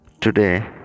today